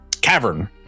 cavern